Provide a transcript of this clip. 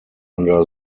under